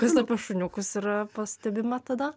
kas dar pas šuniukus yra pastebima tada